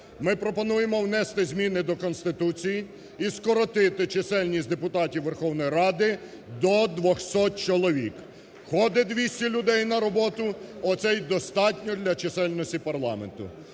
Ми пропонуємо внести зміни до Конституції і скоротити чисельність депутатів Верховної Ради до 200 чоловік. Ходить 200 людей на роботу – оце і достатньо для чисельності парламенту.